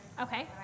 Okay